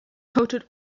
coated